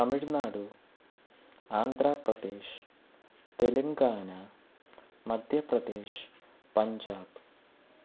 Tamil Nadu Andhra Pradesh Telangana Madhya Pradesh Punjab